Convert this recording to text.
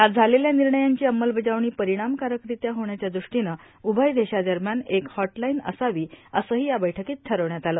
आज झालेल्या निर्णयांची अंमलबजावणी परिणामकारकरित्या होण्याच्या दृष्टीनं उभय देशांदरम्यान एक हॉटलाईन असावी असंही या बैठकीत ठरवण्यात आलं